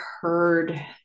heard